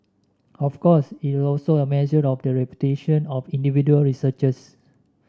of course is also a measure of the reputation of individual researchers